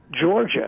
Georgia